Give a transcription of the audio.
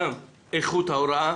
גם איכות ההוראה